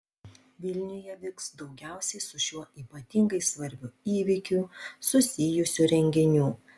vilniuje vyks daugiausiai su šiuo ypatingai svarbiu įvykiu susijusių renginių